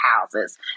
houses